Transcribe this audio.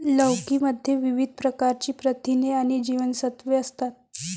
लौकी मध्ये विविध प्रकारची प्रथिने आणि जीवनसत्त्वे असतात